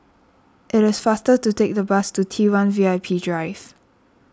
it is faster to take the bus to T one V I P Drive